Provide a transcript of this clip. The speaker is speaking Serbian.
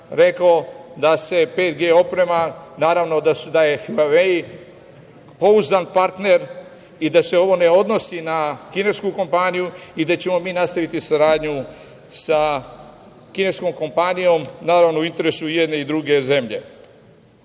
rekao da se 5G oprema, naravno „Huavej“ pouzdan partner i da se ovo ne odnosi na kinesku kompaniju i da ćemo mi nastaviti saradnju sa kineskom kompaniju, naravno, u interesu jedne i druge